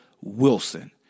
Wilson